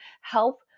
help